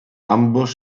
ambos